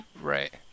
Right